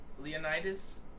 Leonidas